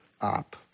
up